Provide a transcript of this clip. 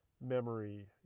memory